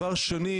בנוסף,